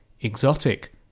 exotic